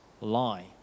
lie